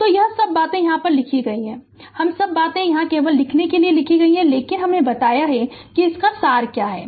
Refer Slide Time 3205 तो यह सब बातें यहाँ लिखी गई हैं यह सब बातें यहाँ केवल लिखने के लिए लिखी गई हैं लेकिन हमने बताया है कि इसका सार क्या है